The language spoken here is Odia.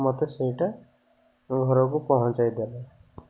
ମତେ ସେଇଟା ଘରକୁ ପହଞ୍ଚାଇ ଦେବେ